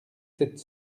sept